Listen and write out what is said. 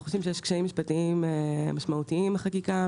אנחנו חושבים שיש קשיים משפטיים משמעותיים בחקיקה.